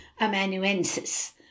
amanuensis